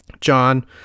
john